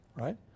right